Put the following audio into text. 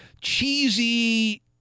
cheesy